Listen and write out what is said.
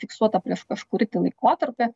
fiksuota prieš kažkurį tai laikotarpį